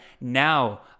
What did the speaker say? Now